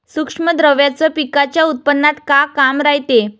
सूक्ष्म द्रव्याचं पिकाच्या उत्पन्नात का काम रायते?